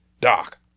Doc